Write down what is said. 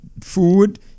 food